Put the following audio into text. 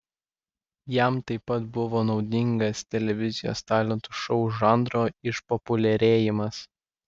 jam taip pat buvo naudingas televizijos talentų šou žanro išpopuliarėjimas